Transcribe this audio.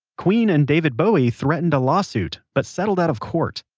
queen and david bowie threatened a lawsuit, but settled out of court.